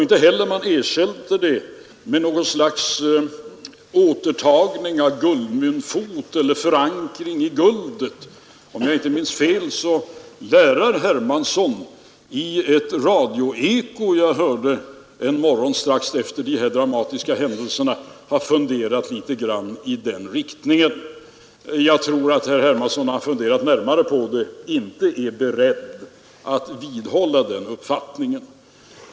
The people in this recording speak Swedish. Inte heller ersätter man den med något slags återgång till guldmyntfot eller förankring i guld. Om jag inte minns fel hade herr Hermansson i ett radioeko en morgon strax efter dessa dramatiska händelser några funderingar i den riktningen. Jag tror att herr Hermansson efter att ha tänkt något närmare på detta inte är beredd att vidhålla den uppfattningen.